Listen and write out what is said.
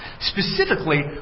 Specifically